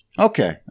Okay